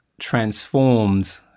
transformed